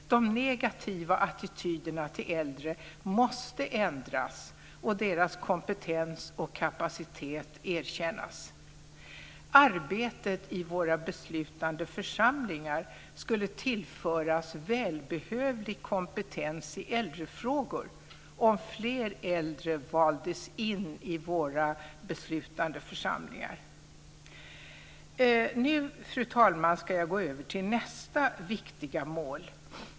De negativa attityderna till äldre måste ändras, och de äldres kompetens och kapacitet måste erkännas. Arbetet i våra beslutande församlingar skulle tillföras välbehövlig kompetens i äldrefrågor om fler äldre valdes in i våra beslutande församlingar. Nu, fru talman, ska jag gå över till nästa viktiga mål.